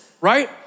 right